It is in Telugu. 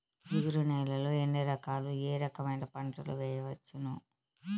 జిగురు నేలలు ఎన్ని రకాలు ఏ రకమైన పంటలు వేయవచ్చును?